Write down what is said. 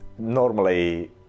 Normally